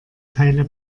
teile